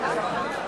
להסיר